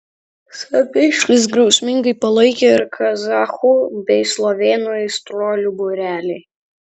saviškius griausmingai palaikė ir kazachų bei slovėnų aistruolių būreliai